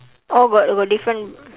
oh got got different